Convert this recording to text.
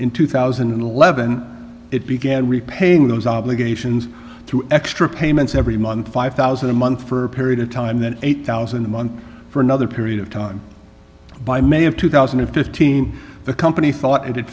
in two thousand and eleven it began repaying those obligations through extra payments every month five thousand a month for a period of time then eight thousand a month for another period of time by may of two thousand and fifteen the company thought it